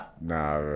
Nah